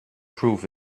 prove